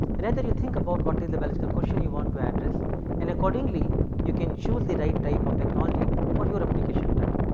rather you think about what is the biological question you want to address and accordingly you can choose the right type of technology for your application type.